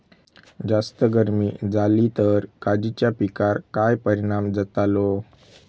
जास्त गर्मी जाली तर काजीच्या पीकार काय परिणाम जतालो?